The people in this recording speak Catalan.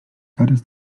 cares